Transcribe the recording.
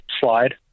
slide